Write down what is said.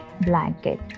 blanket